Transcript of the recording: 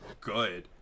good